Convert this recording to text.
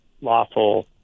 lawful